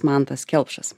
mantas kelpšas